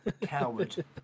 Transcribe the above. coward